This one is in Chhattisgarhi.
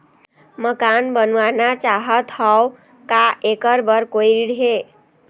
मकान बनवाना चाहत हाव, का ऐकर बर कोई ऋण हे?